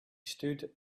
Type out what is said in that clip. stood